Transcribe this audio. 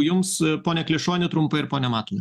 jums pone klišoni trumpai ir pone matulai